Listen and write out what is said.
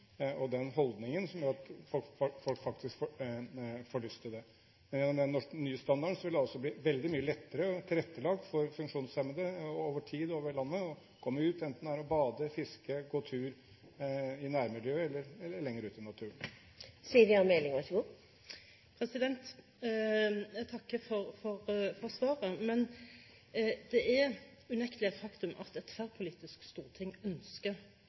og den holdningen som gjør at folk faktisk får lyst til dette. Gjennom den nye Norsk Standard vil det også bli mye lettere å tilrettelegge for funksjonshemmede – over tid også over hele landet, enten det gjelder å komme ut og bade, fiske, gå tur – i nærmiljøet eller lenger ut i naturen. Jeg takker for svaret, men det er unektelig et faktum at et tverrpolitisk storting ønsker